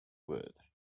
wood